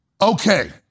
Okay